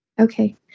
Okay